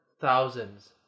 thousands